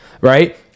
right